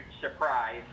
surprise